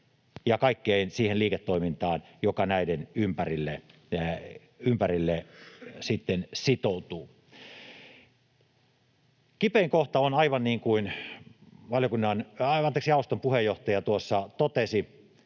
ja kaikkeen siihen liiketoimintaan, joka näiden ympärille sitten sitoutuu. Kipein kohta, aivan niin kuin jaoston puheenjohtaja tuossa totesi,